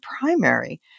primary